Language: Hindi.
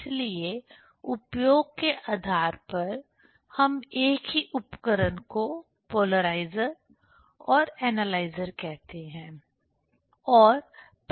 इसलिए उपयोग के आधार पर हम एक ही उपकरण को पोलराइज़र और एनालाइजर कहते हैं